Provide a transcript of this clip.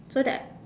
so that